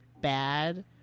bad